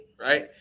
right